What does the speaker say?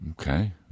Okay